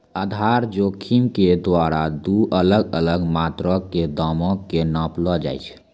आधार जोखिम के द्वारा दु अलग अलग मात्रा के दामो के नापलो जाय छै